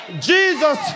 Jesus